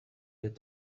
that